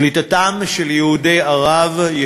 קליטתם של יהודי ערב,